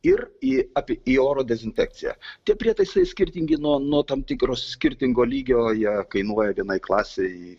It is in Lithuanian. ir į apie į oro dezinfekciją tie prietaisai skirtingi nuo nuo tam tikros skirtingo lygio jie kainuoja vienai klasei